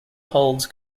holds